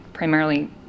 primarily